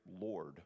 Lord